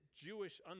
Jewish